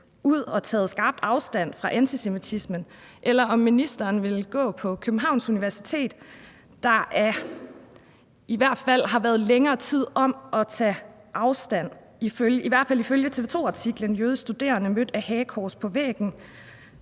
ud og taget skarp afstand fra antisemitismen, eller om ministeren ville gå på Københavns Universitet, der i hvert fald har været længere tid om at tage afstand og ikke, i hvert fald ifølge TV 2-artiklen »Jødisk studerende mødt af hagekors på væggen«,